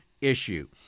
issue